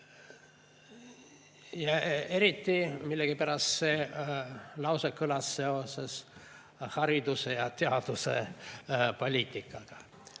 Eriti millegipärast see lause on kõlanud seoses hariduse ja teaduse poliitikaga.